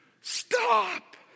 stop